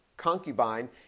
Concubine